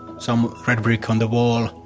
some red brick on the wall,